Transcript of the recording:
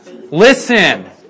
Listen